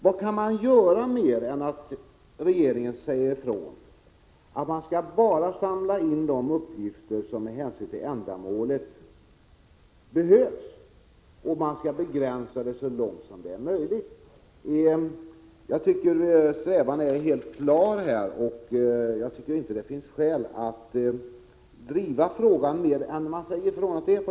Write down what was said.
Vad mer kan göras än att regeringen säger ifrån att bara de uppgifter som med hänsyn till ändamålet behövs skall samlas in och att uppgiftsinsamlandet skall begränsas så långt det är möjligt? Jag tycker denna strävan är helt klar, och jag tycker inte att det finns skäl att driva frågan längre.